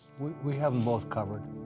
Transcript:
we have em both covered.